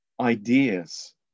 ideas